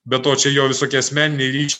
be to čia jo visokie asmeniniai ryš